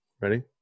Ready